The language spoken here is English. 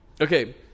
Okay